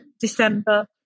December